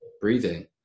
breathing